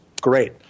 Great